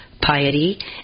piety